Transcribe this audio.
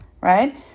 right